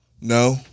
no